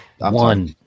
one